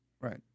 Right